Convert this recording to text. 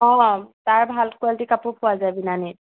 অঁ তাৰ ভাল কোৱালিটি কাপোৰ পোৱা যায় বিনানিত